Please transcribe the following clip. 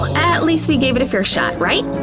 at least we gave it a fair shot, right?